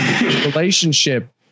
relationship